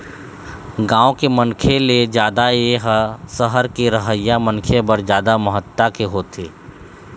गाँव के मनखे ले जादा ए ह सहर के रहइया मनखे बर जादा महत्ता के होथे